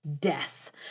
death